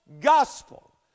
gospel